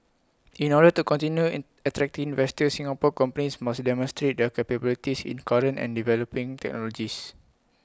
in order to continue an attracting investors Singapore companies must demonstrate their capabilities in current and developing technologies